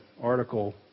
article